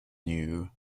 new